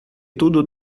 tudo